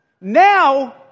Now